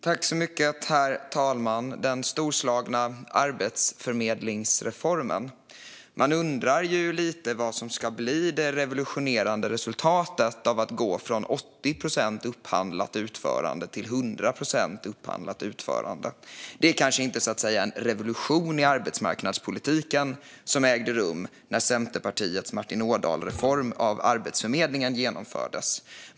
Herr talman! Här talas det om den storslagna arbetsförmedlingsreformen. Man undrar ju lite vad som ska bli det revolutionerande resultatet av att gå från 80 procent upphandlat utförande till 100 procent upphandlat utförande? Det var kanske inte direkt en revolution i arbetsmarknadspolitiken som ägde rum när Centerpartiets Martin Ådahl-reform av Arbetsförmedlingen genomfördes.